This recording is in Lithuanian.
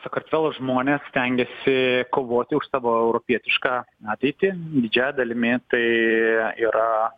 sakartvelo žmonės stengiasi kovoti už savo europietišką ateitį didžiąja dalimi tai yra